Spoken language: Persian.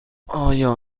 آیا